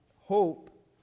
Hope